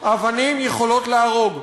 אבנים יכולות להרוג.